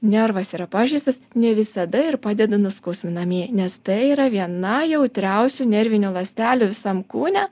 nervas yra pažeistas ne visada ir padeda nuskausminamieji nes tai yra viena jautriausių nervinių ląstelių visam kūne